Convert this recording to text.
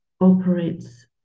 operates